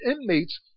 inmates